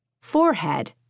Forehead